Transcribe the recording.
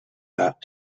that